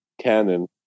canon